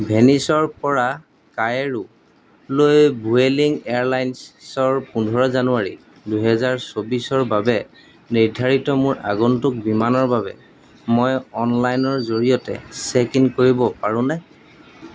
ভেনিচৰপৰা কায়ৰোলৈ ভূয়েলিং এয়াৰলাইনছৰ পোন্ধৰ জানুৱাৰী দুহেজাৰ চৌবিছৰ বাবে নিৰ্ধাৰিত মোৰ আগন্তুক বিমানৰ বাবে মই অনলাইনৰ জৰিয়তে চেক ইন কৰিব পাৰোঁনে